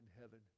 heaven